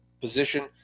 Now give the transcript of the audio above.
position